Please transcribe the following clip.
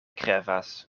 krevas